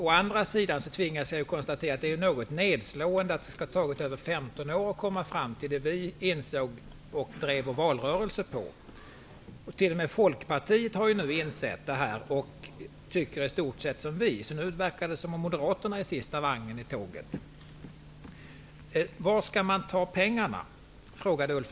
Jag tvingas däremot att konstatera att det är något nedslående att det skall ha tagit över 15 år att komma fram till det vi insåg och drev vår valrörelse på. T.o.m. i Folkpartiet har man insett detta och tycker nu i stort sett som vi. Nu verkar det som om Moderaterna är sista vagnen i tåget.